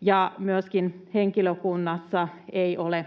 ja myöskin siihen, että henkilökunnassa ei ole